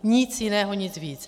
Nic jiného, nic víc.